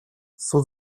суд